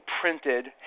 printed